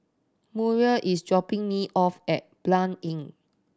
Muriel is dropping me off at Blanc Inn